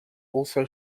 also